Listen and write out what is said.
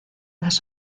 las